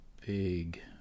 big